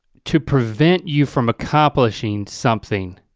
to prevent you from accomplishing something